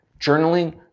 journaling